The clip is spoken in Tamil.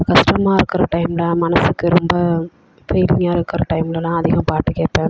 கஷ்டமாக இருக்கற டைமில் மனசுக்கு ரொம்ப பெயினிங்காக இருக்கிற டைம்லலாம் அதிகம் பாட்டு கேட்பேன்